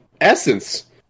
essence